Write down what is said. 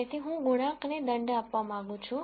તેથી હું ગુણાંક ને દંડ આપવા માંગું છું